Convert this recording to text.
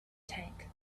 tank